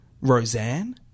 Roseanne